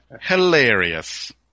Hilarious